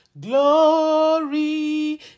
glory